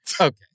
Okay